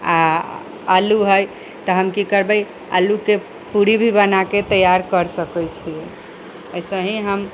आ आलू हइ तऽ हम की करबै आलूके पूरी भी बनाके तैआर करि सकैत छियै ऐसे ही हम